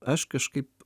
aš kažkaip